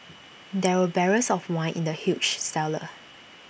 there were barrels of wine in the huge cellar